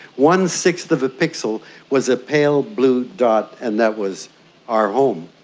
one-sixth of a pixel was a pale blue dot and that was our home.